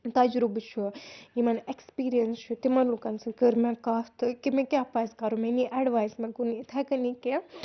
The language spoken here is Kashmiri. تَجرُبہٕ چھُ یِمَن ایٚکسپیٖریَنٕس چھُ تِمَن لُکَن سۭتۍ کٔر مےٚ کَتھ تہٕ کہِ مےٚ کیٛاہ پَزِ کَرو مےٚ نی اٮ۪ڈوایس مےٚ کوٚر نہٕ اِتھَے کٔنی کینٛہہ